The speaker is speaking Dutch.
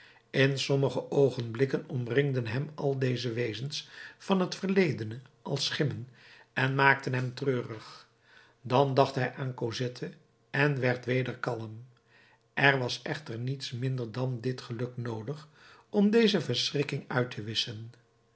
in sommige oogenblikken omringden hem al deze wezens van het verledene als schimmen en maakten hem treurig dan dacht hij aan cosette en werd weder kalm er was echter niets minder dan dit geluk noodig om deze verschrikking uit te wisschen